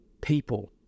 people